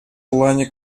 плане